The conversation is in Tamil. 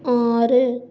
ஆறு